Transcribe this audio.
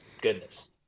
Goodness